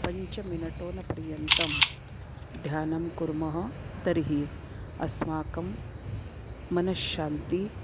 पञ्चमिनटोनपर्यन्तं ध्यानं कुर्मः तर्हि अस्माकं मनश्शान्तिः